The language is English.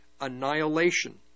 annihilation